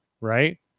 right